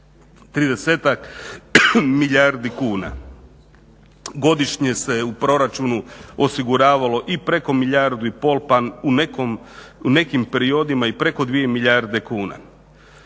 30-ak milijardi kuna. godišnje se u proračunu osiguravalo i preko milijardu i pol pa u nekim periodima i preko 2 milijarde kuna.